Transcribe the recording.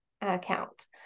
account